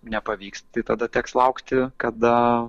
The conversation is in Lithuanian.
nepavyks tai tada teks laukti kada